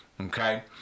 Okay